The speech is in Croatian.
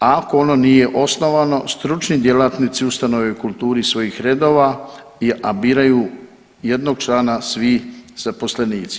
A ako ono nije osnovano stručni djelatnici ustanove u kulturi svojih redova, a biraju jednog člana svi zaposlenici.